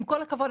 עם כל הכבוד,